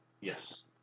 Yes